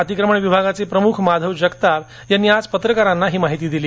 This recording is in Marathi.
अतिक्रमण विभागाचे प्रमुख माधव जगताप यांनी आज पत्रकारांना ही माहिती दिली